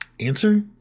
Answer